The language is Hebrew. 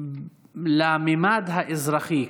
לממד האזרחי,